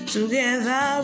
Together